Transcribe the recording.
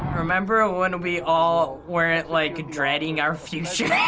remember when we all weren't like dreading our future?